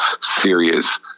serious